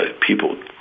people